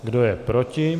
Kdo je proti?